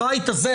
הבית הזה,